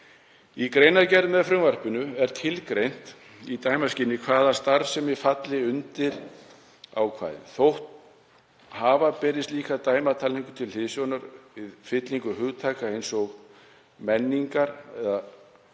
Í greinargerð með frumvarpinu er tilgreint í dæmaskyni hvaða starfsemi falli undir ákvæðið. Þótt hafa beri slíka dæmatalningu til hliðsjónar við fyllingu hugtaka eins og